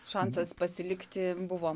šansas pasilikti buvo